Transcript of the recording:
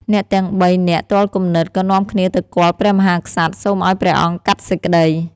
អ្នកទាំងបីនាក់ទាល់គំនិត ក៏នាំគ្នាទៅគាល់ព្រះមហាក្សត្រ សូមឱ្យព្រះអង្គកាត់សេចក្តី។